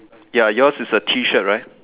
ya yours is a tee shirt right